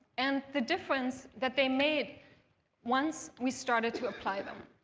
and the difference that they made once we started to apply them.